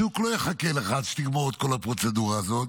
השוק לא יחכה לך עד שתגמור את כל הפרוצדורה הזאת.